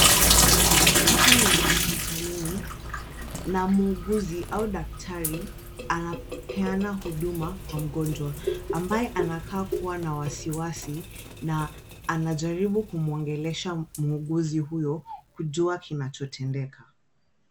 Hapa ni hospitalini na muuguzi au daktari, anapeana huduma kwa mgonjwa, ambaye anakaa kuwa na wasiwasi na anajaribu kumwongelesha muuguzi huyo kujua kinachotendeka.